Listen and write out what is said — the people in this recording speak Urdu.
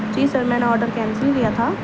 جی سر میں نے آڈر کینسل کیا تھا